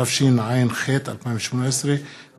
התשע"ח 2018,